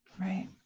Right